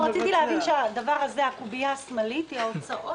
רציתי להבין שהקובייה השמאלית היא ההוצאות